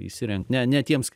įsirengt ne ne tiems